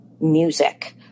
music